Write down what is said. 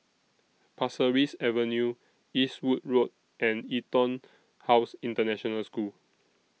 Pasir Ris Avenue Eastwood Road and Etonhouse International School